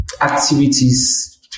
activities